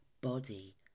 body